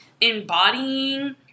embodying